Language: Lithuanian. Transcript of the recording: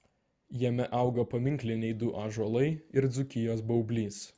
jame auga paminkliniai du ąžuolai ir dzūkijos baublys